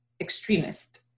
extremist